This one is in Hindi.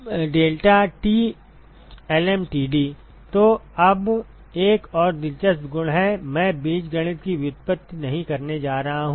तो अब एक और दिलचस्प गुण है मैं बीजगणित की व्युत्पत्ति नहीं करने जा रहा हूं